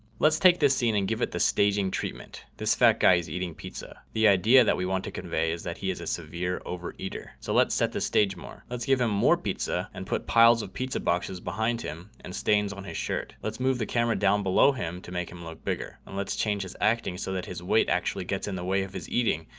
let's take this scene and give it the staging treatment. this fat guy is eating pizza the idea that we want to convey is that he is a severe over eater. so let's set the stage more. let's give them more pizza and put piles of pizza boxes behind him and stains on his shirt. let's move the camera down below him to make him look bigger. and let's change his acting so that his weight actually gets in the way of his eating.